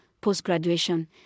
post-graduation